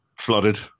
flooded